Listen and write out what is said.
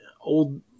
old